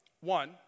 one